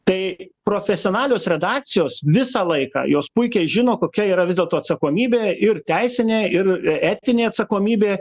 tai profesionalios redakcijos visą laiką jos puikiai žino kokia yra vis dėlto atsakomybė ir teisinė ir etinė atsakomybė